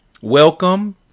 Welcome